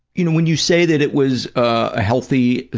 you know, when you say that it was a healthy,